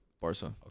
Barca